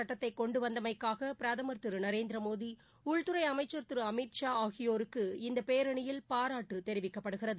சட்டத்தைக் கொண்டு வந்தமைக்காக குடியுரிமை திருக்க பிரதமர் திரு நரேந்திர மோடி உள்துறை அமைச்சர் திரு அமித்ஷா ஆகியோருக்கு இந்தப் பேரணியில் பாராட்டு தெரிவிக்கப்படுகிறது